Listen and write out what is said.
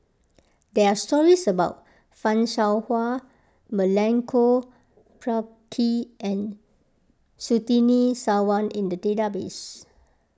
there are stories about Fan Shao Hua Milenko Prvacki and Surtini Sarwan in the database